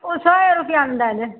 ओ सए रुपैआमे दए देब